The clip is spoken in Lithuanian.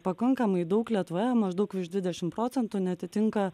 pakankamai daug lietuvoje maždaug virš dvidešim procentų neatitinka